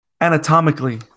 Anatomically